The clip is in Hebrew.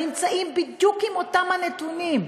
נמצאים בדיוק עם אותם הנתונים.